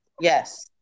Yes